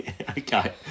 Okay